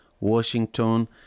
Washington